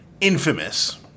infamous